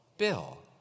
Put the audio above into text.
bill